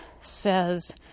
says